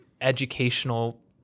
educational